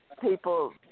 people